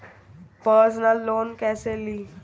Personal loan कैसे ली?